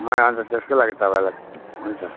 मैले अन्त त्यसकै लागि तपाईँलाई हुन्छ